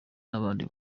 n’abandi